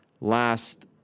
last